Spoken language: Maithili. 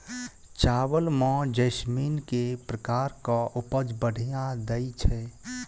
चावल म जैसमिन केँ प्रकार कऽ उपज बढ़िया दैय छै?